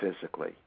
physically